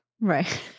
Right